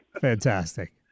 Fantastic